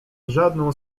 żadną